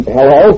Hello